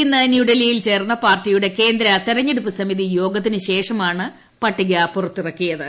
ഇന്ന് ന്യൂഡൽഹിയിൽ ചേർന്ന പാർട്ടിയുടെ കേന്ദ്ര തെരഞ്ഞെടുപ്പ് സമിതി യോഗത്തിന് ശേഷമാണ് പട്ടിക പുറത്തിറക്കിയത്